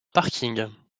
parking